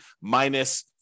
minus